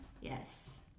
Yes